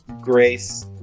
Grace